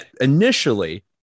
initially